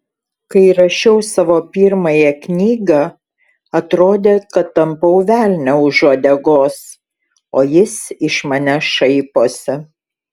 kai rašiau savo pirmąją knygą atrodė kad tampau velnią už uodegos o jis iš manęs šaiposi